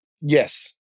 Yes